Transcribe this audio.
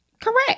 Correct